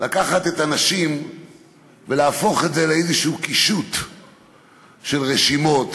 בוועדה לקחת את הנשים ולהפוך את זה לאיזשהו קישוט של רשימות,